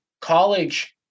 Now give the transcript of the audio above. college